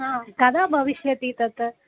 ह कदा भविष्यति तत्